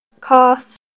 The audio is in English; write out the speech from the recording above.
cost